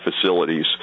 facilities